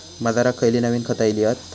बाजारात खयली नवीन खता इली हत?